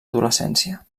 adolescència